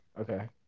Okay